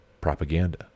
propaganda